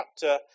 chapter